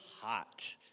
hot